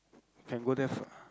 can go there